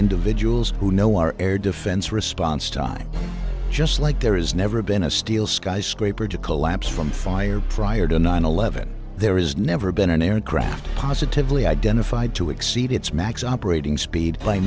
individuals who know our air defense response time just like there is never been a steel skyscraper to collapse from fire prior to nine eleven there is never been an aircraft positively identified to exceed its max operating speed cla